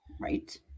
Right